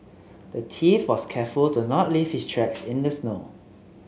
the thief was careful to not leave his tracks in the snow